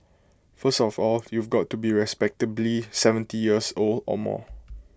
first of all you've got to be respectably seventy years old or more